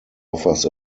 offers